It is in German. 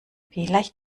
vielleicht